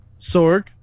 Sorg